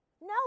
No